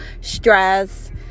stress